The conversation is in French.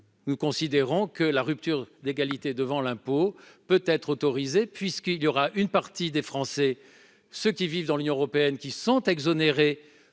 nous considérons que la rupture d'égalité devant l'impôt peut être autorisée, puisqu'une partie des Français seulement, ceux qui vivent dans l'Union européenne, sont exonérés